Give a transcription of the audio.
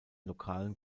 lokalen